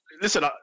Listen